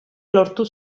lortu